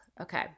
Okay